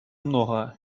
много